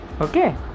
okay